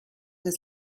des